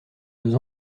deux